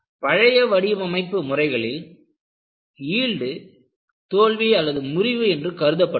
பழைய வடிவமைப்பு வழிமுறைகளில் யீல்டு தோல்விமுறிவு என்று கருதப்பட்டது